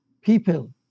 people